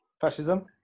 Fascism